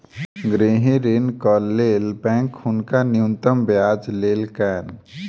गृह ऋणक लेल बैंक हुनका न्यूनतम ब्याज लेलकैन